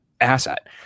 asset